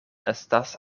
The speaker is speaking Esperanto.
estas